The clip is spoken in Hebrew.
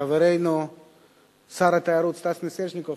חברנו שר התיירות סטס מיסז'ניקוב,